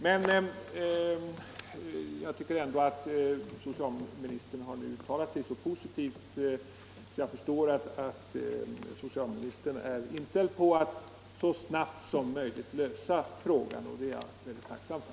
Socialministern har emellertid nu uttalat sig så positivt att jag förstår att socialministern är inställd på att så snabbt som möjligt lösa frågan, och det är jag mycket tacksam för.